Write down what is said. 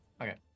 Okay